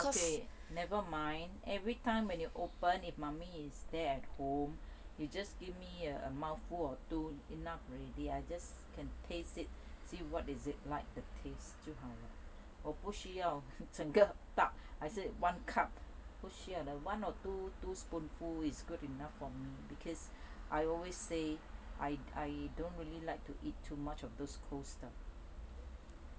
okay never mind everytime when you open if mummy is there at home you just give me a mouthful or two enough already I just can taste it see what is it like the taste 就好了我不需要整个 tub 还是 one cup 不需要的 one or two two spoonful is good enough for me because I always say I I don't really like to eat too much of those cold stuff